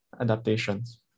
adaptations